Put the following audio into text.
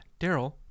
Daryl